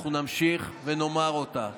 אנחנו נמשיך ונאמר אותה.